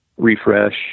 refresh